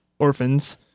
orphans